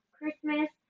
Christmas